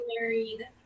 married